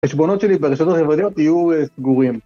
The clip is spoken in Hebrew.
חשבונות שלי ברשתות החברתיות יהיו סגורים